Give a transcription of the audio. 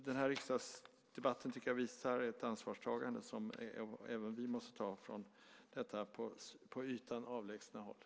Den här riksdagsdebatten visar på ett ansvar som också vi måste ta för detta till synes avlägsna land.